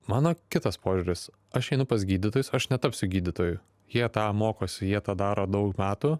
mano kitas požiūris aš einu pas gydytojus aš netapsiu gydytoju jie tą mokosi jie tą daro daug metų